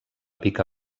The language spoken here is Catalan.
pica